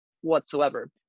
whatsoever